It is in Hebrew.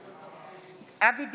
בעד אבי דיכטר,